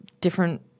different